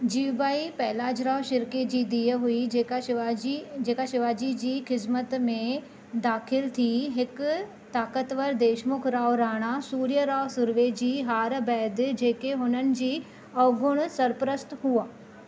जिवुबाई पहलाजराव शिर्के जी धीउ हुई जेका शिवाजी जेका शिवाजी जी ख़िदमत में दाख़िलु थी हिकु ताकतवरु देशमुख राव राणा सूर्यराव सुर्वे जी हार बैदि जेके हुननि जी अवगुण सरपरस्त हुआ